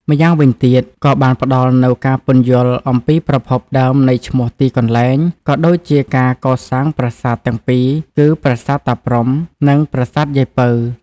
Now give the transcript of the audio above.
ម្យ៉ាងវិញទៀត ក៏បានផ្តល់នូវការពន្យល់អំពីប្រភពដើមនៃឈ្មោះទីកន្លែង ក៏ដូចជាការកសាងប្រាសាទទាំងពីរ គឺប្រាសាទតាព្រហ្ម និងប្រាសាទយាយពៅ។